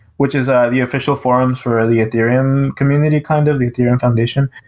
which is ah the official forms for the ethereum community kind of, the ethereum foundation,